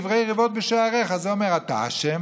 "דברי ריבת בשעריך" זה אומר "אתה אשם",